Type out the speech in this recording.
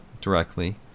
directly